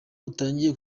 utangiye